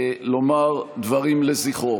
לומר דברים לזכרו.